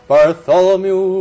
Bartholomew